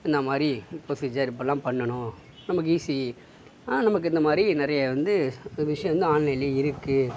இந்த மாதிரி ப்ரொசீஜர் இப்டில்லாம் பண்ணணும் நமக்கு ஈஸி ஆ நமக்கு இந்த மாதிரி நிறைய வந்து விஷயம் வந்து ஆன்லைனில் இருக்கு